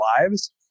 lives